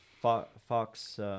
Fox –